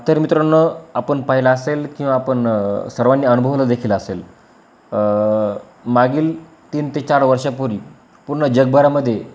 तर मित्रांनो आपण पाहिला असेल किंवा आपण सर्वांनी अनुभवलं देखील असेल मागील तीन ते चार वर्षापूरी पूर्ण जगभरामध्ये